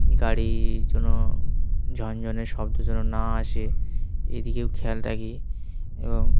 গাড়ির যেন ঝনঝনে শব্দ যেন না আসে এদিকেও খেয়াল রাখি এবং